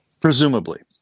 Presumably